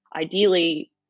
Ideally